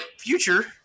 future